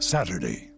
Saturday